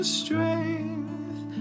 strength